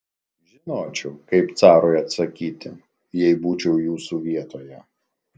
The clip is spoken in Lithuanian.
žinočiau kaip carui atsakyti jei būčiau jūsų vietoje